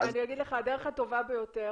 הדרך הטובה ביותר,